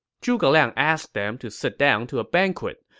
zhuge liang asked them to sit down to a banquet,